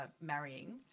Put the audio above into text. marrying